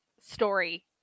story